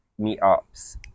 meetups